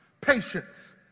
patience